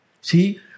See